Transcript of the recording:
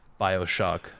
Bioshock